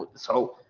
so,